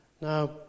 Now